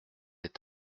est